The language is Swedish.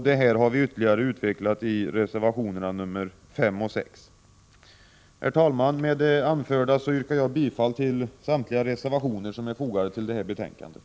Detta har vi ytterligare utvecklat i reservationerna 5 och 6. Herr talman! Med det anförda yrkar jag bifall till samtliga reservationer som är fogade till betänkandet.